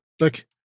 look